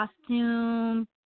costume